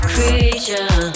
Creature